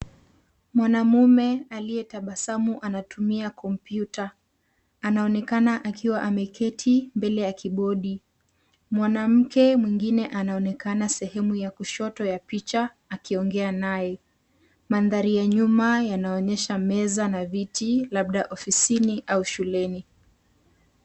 Mwanamume aliyetabasamu anatumia kompyuta; anaonekana akiwa ameketi mbele ya kibodi. Mwanamke mwingine anaonekana sehemu ya kushoto ya picha akiongea naye. Mandhari ya nyuma yanaonyesha meza na viti labda ofisini au shuleni.